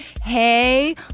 hey